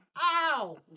ow